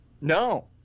no